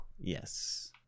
Yes